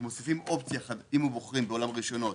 אנחנו מוסיפים אופציה, אם בוחרים בעולם הרשיונות